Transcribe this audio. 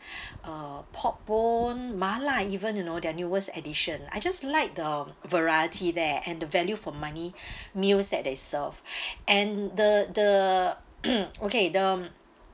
uh pork bone 麻辣 even you know their newest addition I just like the variety there and the value for money meals that they serve and the the okay the